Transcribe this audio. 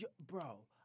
bro